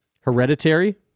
hereditary